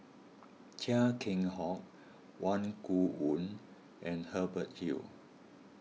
Chia Keng Hock Wang Gungwu and Hubert Hill